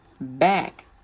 back